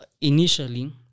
initially